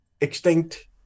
extinct